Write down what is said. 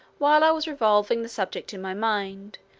while i was revolving the subject in my mind,